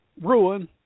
ruin